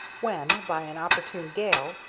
when, by an opportune gale,